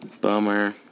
Bummer